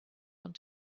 want